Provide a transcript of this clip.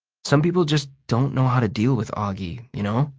some people just don't know how to deal with auggie, you know?